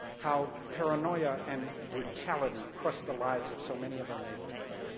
how paranoia and brutality crushed the lives of so many of her neighbors.